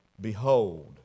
Behold